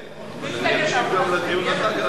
כן, אבל אני אקשיב גם לדיון אחר כך.